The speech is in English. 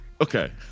Okay